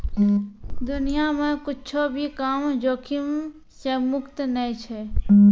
दुनिया मे कुच्छो भी काम जोखिम से मुक्त नै छै